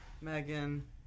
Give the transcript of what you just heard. Megan